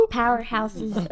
powerhouses